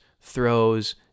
throws